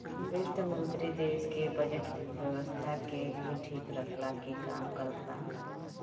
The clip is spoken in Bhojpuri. वित्त मंत्री देस के बजट व्यवस्था के भी ठीक रखला के काम करत बाने